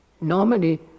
normally